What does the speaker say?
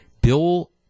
bill